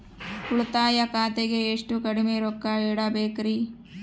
ಉಳಿತಾಯ ಖಾತೆಗೆ ಎಷ್ಟು ಕಡಿಮೆ ರೊಕ್ಕ ಇಡಬೇಕರಿ?